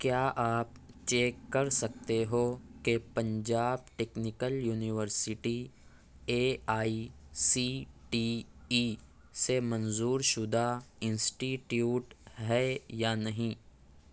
کیا آپ چیک کر سکتے ہو کہ Punjab technical university A I C T E سے منظورشدہ انسٹیٹیوٹ ہے یا نہیں